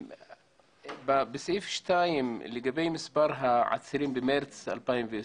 סעיף 2, מספר העצירים בחודש מארס 2020,